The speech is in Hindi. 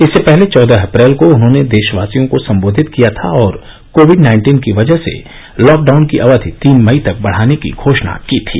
इससे पहले चौदह अप्रैल को उन्होंने देशवासियों को संबोधित किया था और कोविड नाइन्टीन की वजह से लॉकडाउन की अवधि तीन मई तक बढाने की घोषणा की थी